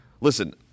Listen